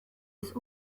ist